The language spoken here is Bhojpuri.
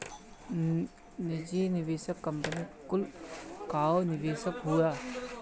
निजी निवेशक कंपनी कुल कअ निवेश हअ